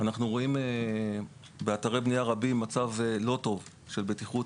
אנחנו רואים באתרי בנייה רבים מצב לא טוב של בטיחות.